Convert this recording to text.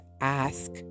ask